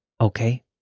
okay